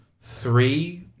three